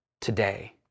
today